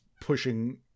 pushing